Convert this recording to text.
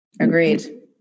agreed